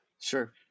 Sure